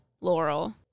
Laurel